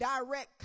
direct